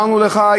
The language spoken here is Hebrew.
"אמרנו לך",